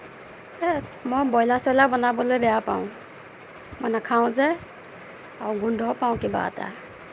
এ মই ব্ৰইলাৰ চৰইলাৰ বনাবলৈ বেয়া পাওঁ মই নাখাওঁ যে আৰু গোন্ধ পাওঁ কিবা এটা